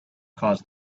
caused